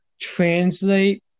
translate